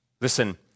Listen